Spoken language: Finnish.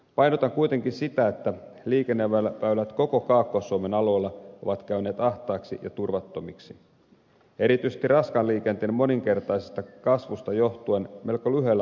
painotan kuitenkin sitä että liikenneväylät koko kaakkois suomen alueella ovat käyneet ahtaiksi ja turvattomiksi erityisesti raskaan liikenteen moninkertaisesta kasvusta johtuen melko lyhyellä aikavälillä